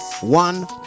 one